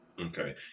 Okay